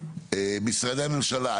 משרדי הממשלה,